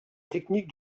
technique